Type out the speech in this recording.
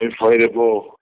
inflatable